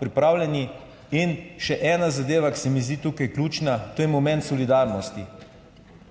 pripravljeni. In še ena zadeva, ki se mi zdi tukaj ključna, to je moment solidarnosti.